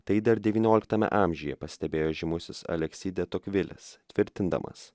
tai dar devynioliktame amžiuje pastebėjo žymusis aleksi de tokvilis tvirtindamas